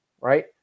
right